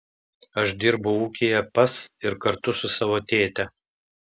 aš dirbu ūkyje pas ir kartu su savo tėte